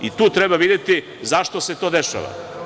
I tu treba videti zašto se to dešava.